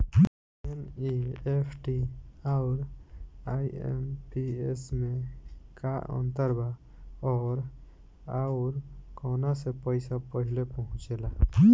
NEFT आउर IMPS मे का अंतर बा और आउर कौना से पैसा पहिले पहुंचेला?